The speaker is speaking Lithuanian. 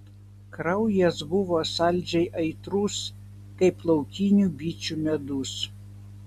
kraujas buvo saldžiai aitrus kaip laukinių bičių medus